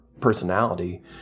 personality